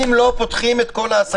אם לא פותחים את כל העסקים האלה